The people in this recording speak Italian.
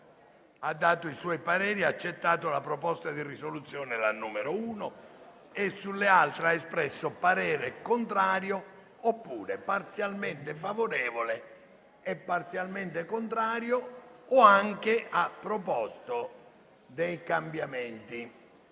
espresso i suoi pareri e ha accettato la proposta di risoluzione n. 1, mentre sulle altre ha espresso parere contrario oppure parzialmente favorevole o parzialmente contrario oppure ha proposto alcuni cambiamenti.